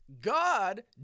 God